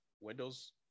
windows